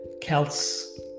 Celts